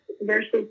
versus